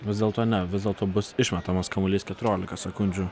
vis dėlto ne vis dėlto bus išmetamas kamuolys keturiolika sekundžių